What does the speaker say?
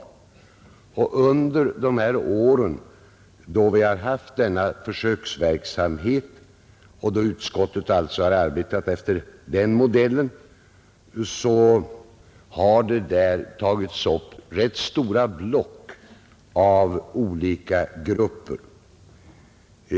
Under de år som utskottet har bedrivit försöksverksamheten och alltså arbetat efter denna modell har rätt stora block av ärenden tagits upp.